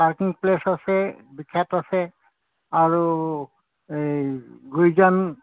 parking place আছে আছে আৰু এই গুইজান